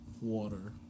Water